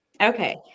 okay